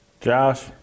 Josh